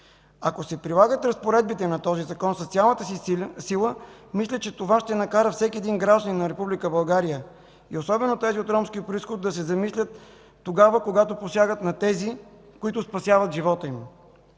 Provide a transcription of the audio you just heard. Ако се прилагат разпоредбите на този закон с цялата си сила, мисля, че това ще накара всеки един гражданин на Република България, и особено тези от ромски произход, да се замислят, когато посягат на тези, които спасяват живота им.